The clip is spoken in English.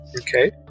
Okay